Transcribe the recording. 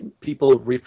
people